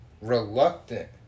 reluctant